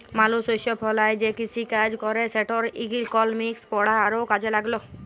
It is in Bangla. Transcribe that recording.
মালুস শস্য ফলায় যে কিসিকাজ ক্যরে সেটর ইকলমিক্স পড়া আরও কাজে ল্যাগল